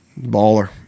Baller